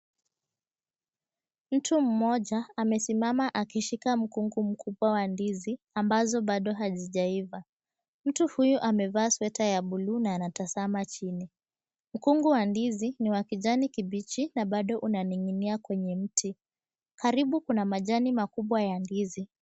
Mtu mmoja amesimama akishika mkungu mkubwa wa ndizi ambazo bado hazijaaiva. Mtu huyu amevaa sweta ya bluu na anatazama chini mkungu wa ndizi wa rangi ya kijani kibichi na bado una niginia kwenye mti karibu kuna majani makubwa ya ndizi.